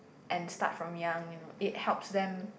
and start from young you know it helps them